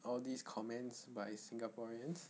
all these comments by singaporeans